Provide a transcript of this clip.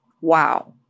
Wow